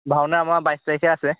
ভাওনা আমাৰ বাইছ তাৰিখে আছে